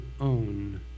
own